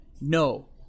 No